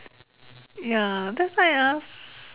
ya that's why ah